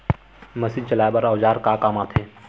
Machine चलाए बर औजार का काम आथे?